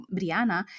Briana